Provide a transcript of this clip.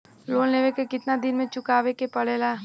Loan लेवे के कितना दिन मे चुकावे के पड़ेला?